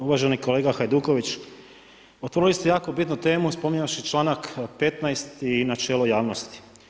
Uvaženi kolega Hajduković, otvorili ste jako bitnu temu spominjući članak 15. i načelo javnosti.